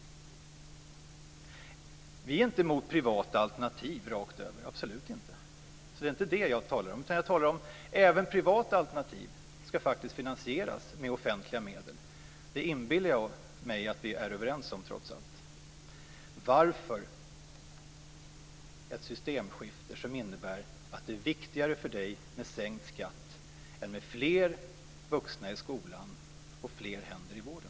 Vi är inte emot privata alternativ rakt över - absolut inte. Det är inte det jag talar om. Men även privata alternativ ska faktiskt finansieras med offentliga medel. Det inbillar jag mig att vi är överens om, trots allt. Varför vill Bo Lundgren ha ett systemskifte där det är viktigare med sänkt skatt än med fler vuxna i skolan och fler händer i vården?